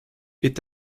est